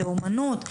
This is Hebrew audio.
לאמנות?